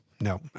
no